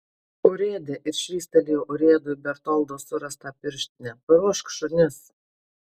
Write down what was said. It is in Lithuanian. urėde ir švystelėjo urėdui bertoldo surastą pirštinę paruošk šunis